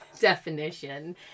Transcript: definition